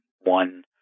one